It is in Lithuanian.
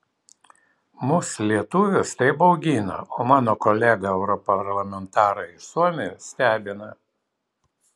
mus lietuvius tai baugina o mano kolegą europarlamentarą iš suomijos stebina